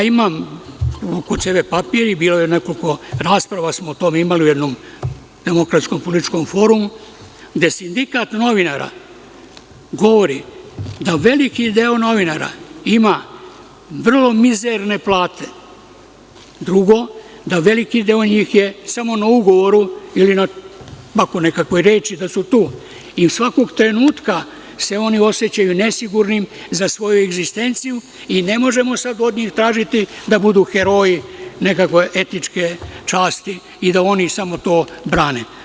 Imam kod sebe papir i nekoliko rasprava smo o tome imali u jednom demokratskom, političkom forumu, gde sindikat novinara govori da veliki deo novinara ima vrlo mizerne plate, drugo, da veliki deo njih je samo na ugovoru ili na nekakvoj reči da su tu i svakog trenutka se oni osećaju nesigurnim za svoju egzistenciju i ne možemo sada od njih tražiti da budu heroji nekakve etničke časti i da oni samo to brane.